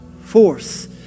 force